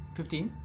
fifteen